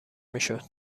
میشد